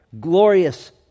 glorious